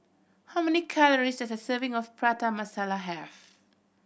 how many calories does a serving of Prata Masala have